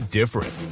different